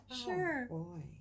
sure